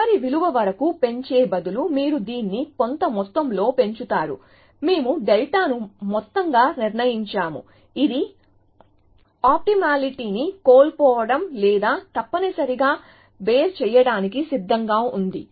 చివరి విలువ వరకు పెంచే బదులు మీరు దీన్ని కొంత మొత్తంలో పెంచుతారు మేము డెల్టాను మొత్తంగా నిర్ణయించాము ఇది ఆప్టిమా లిటీని కోల్పోవడం లేదా తప్పనిసరిగా బేర్ చేయడానికి సిద్ధంగా ఉంది